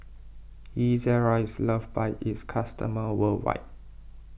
Ezerra is loved by its customers worldwide